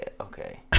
okay